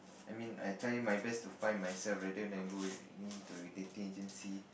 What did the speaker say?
I mean I try my best to find myself rather than going to dating agency